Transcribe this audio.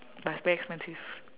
but it's very expensive